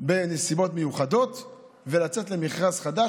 בנסיבות מיוחדות ולצאת למכרז חדש,